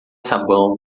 sabão